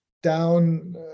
down